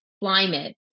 climate